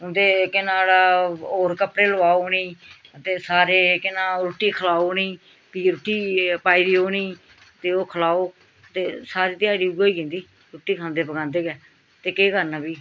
उं'दे केह् नांऽ नुआढ़ा होर कपड़े लुआओ उनेंई ते सारे केह् नांऽ रुट्टी खलाओ उनेंई फ्ही रुट्टी पाई देओ उनेंगी ते ओह् खलाओ ते सारी ध्याड़ी उ'यै होई जंदी रुट्टी खलांदे पकांदे गै ते केह् करना फ्ही